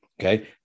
okay